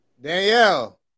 Danielle